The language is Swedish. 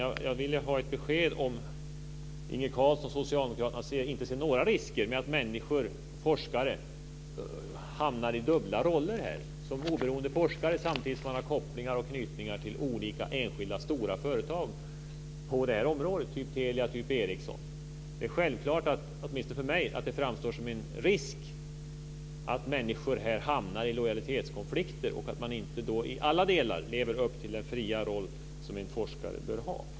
Jag ville ha ett besked om Inge Carlsson och socialdemokraterna inte ser några risker med att människor, forskare, hamnar i dubbla roller. De är oberoende forskare samtidigt som de har kopplingar och anknytningar till olika enskilda stora företag på detta område av typen Telia och Ericsson. Det är åtminstone för mig självklart att det framstår som en risk att människor här hamnar i lojalitetskonflikter och att de inte i alla delar lever upp till den fria roll som en forskare bör ha.